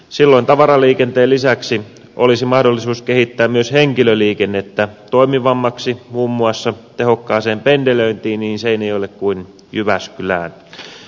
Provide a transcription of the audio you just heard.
silloin tavaraliikenteen lisäksi olisi mahdollisuus kehittää myös henkilöliikennettä toimivammaksi muun muassa tehokkaaseen pendelöintiin niin seinäjoelle kuin jyväskylään